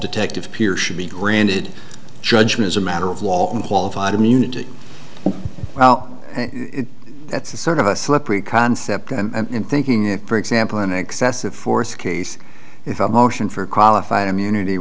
detective peer should be granted judgment as a matter of law and qualified immunity well that's a sort of a slippery concept and thinking it for example an excessive force case if a motion for qualified immunity